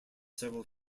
several